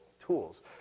tools